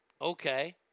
okay